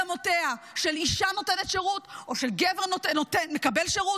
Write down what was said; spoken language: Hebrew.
אמותיה של אישה נותנת שירות או של גבר מקבל שירות.